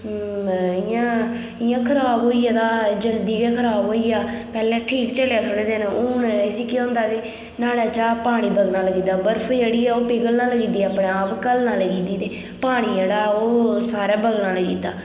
इयां इयां खराब होई गेदा जल्दी गै खराब होई गेआ पैह्ले ठीक चलेआ थोह्ड़े दिन हून इसी केह् होंदा कि नुहाड़े चा पानी बगना लग्गी जंदा बर्फ जेह्ड़ी ऐ ओह् पिघलना जंदी अपने आप घलना लग्गी जंदी ते पानी जेह्ड़ा ओह् सारै बगना लग्गी जंदा